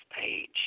page